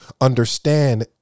Understand